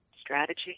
strategy